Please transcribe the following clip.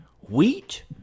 wheat